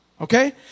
okay